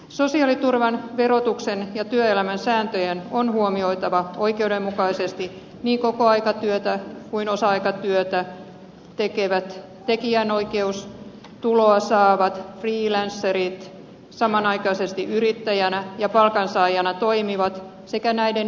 sosiaaliturvan verotuksen ja työelämän sääntöjen on huomioitava oikeudenmukaisesti niin kokoaikatyötä kuin osa aikatyötä tekevät tekijänoikeustuloa saavat freelancerit samanaikaisesti yrittäjänä ja palkansaajana toimivat sekä näiden yhdistelmät